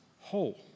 whole